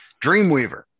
Dreamweaver